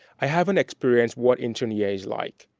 i have an experience what intern year is like.